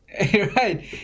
Right